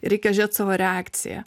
reikia žiūrėt savo reakciją